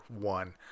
one